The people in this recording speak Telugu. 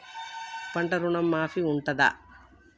పంట ఋణం మాఫీ ఉంటదా?